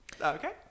okay